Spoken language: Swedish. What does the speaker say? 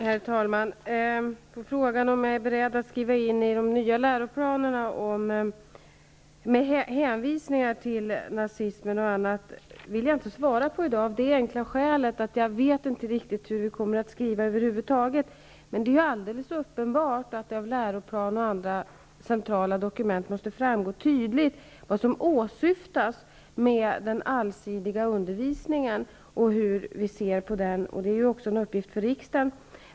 Herr talman! Frågan om jag i de nya läroplanerna är beredd att skriva in hänvisningar till nazismen vill jag inte svara på i dag av det enkla skälet att jag inte vet riktigt hur vi kommer att skriva över huvud taget. Det är alldeles uppenbart att det av läroplanen och andra centrala dokument tydligt måste framgå vad som åsyftas med den allsidiga undervisningen och hur vi ser på den. Det är också en uppgift för riksdagen.